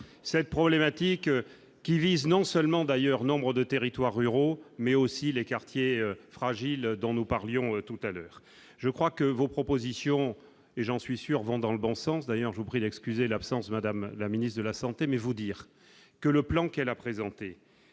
cette problématique qui vise non seulement d'ailleurs nombres de territoires ruraux, mais aussi les quartiers fragiles dont nous parlions tout à l'heure, je crois que vos propositions et j'en suis sûr vont dans le bon sens d'ailleurs, je vous prie d'excuser l'absence de Madame la ministre de la santé, mais vous dire que le plan qu'elle a présenté